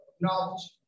knowledge